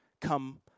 come